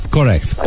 Correct